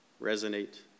resonate